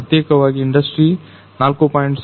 ಪ್ರತ್ಯೇಕವಾಗಿ ಇಂಡಸ್ಟ್ರಿ4